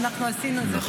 ואנחנו עשינו את זה.